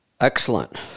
Excellent